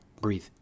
Breathe